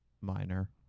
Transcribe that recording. Minor